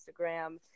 Instagram